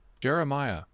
Jeremiah